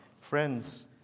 Friends